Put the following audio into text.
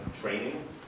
training